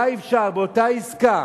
היה אפשר באותה עסקה